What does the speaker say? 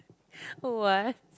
what~